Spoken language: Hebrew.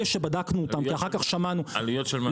אלו שבדקנו אותם כי אחר כך שמענו --- עלויות של מה?